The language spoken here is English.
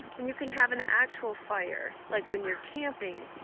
and you can have an actual fire like when you're camping.